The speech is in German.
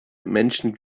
menschen